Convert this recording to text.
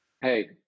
Hey